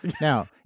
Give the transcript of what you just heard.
Now